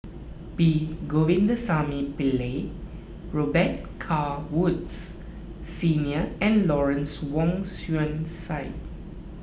P Govindasamy Pillai Robet Carr Woods Senior and Lawrence Wong Shyun Tsai